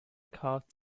carved